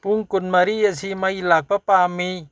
ꯄꯨꯡ ꯀꯨꯟ ꯃꯔꯤ ꯑꯁꯤ ꯃꯩ ꯂꯥꯛꯄ ꯄꯥꯝꯃꯤ